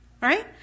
right